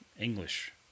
English